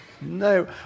No